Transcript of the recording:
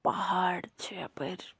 پہاڑ چھِ یپٲرۍ